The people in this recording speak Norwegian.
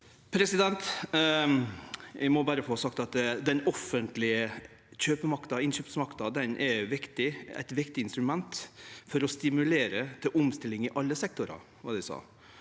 Eg må berre få sagt at den offentlege innkjøpsmakta er eit viktig instrument for å stimulere til omstilling i alle sektorar,